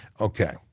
Okay